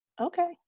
okay